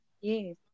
Yes